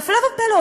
והפלא ופלא,